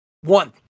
One